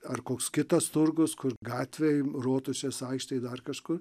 ar koks kitas turgus kur gatvėj rotušės aikštėj dar kažkur